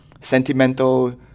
sentimental